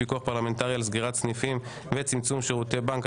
פיקוח פרלמנטרי על סגירת סניפים וצמצום שירותי בנק),